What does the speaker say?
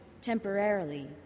temporarily